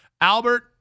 Albert